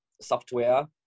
software